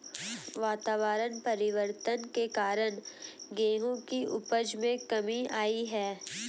वातावरण परिवर्तन के कारण गेहूं की उपज में कमी आई है